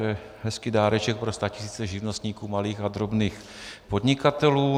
To je hezký dáreček pro statisíce živnostníků, malých a drobných podnikatelů.